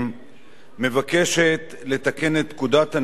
לתקן את פקודת הנישואין והגירושין (רישום),